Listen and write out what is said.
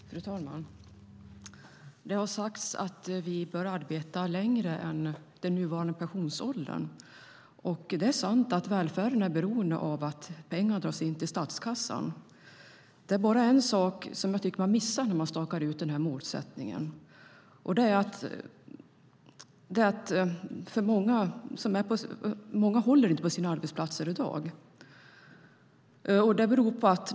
Fru talman! Det har sagts att vi bör arbeta längre än till den nuvarande pensionsåldern. Det är sant att välfärden är beroende av att pengar dras in till statskassan. Det är bara en sak som jag tycker att man missar när man stakar ut den målsättningen, och det är att många inte håller på sina arbetsplatser i dag.